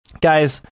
Guys